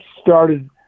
started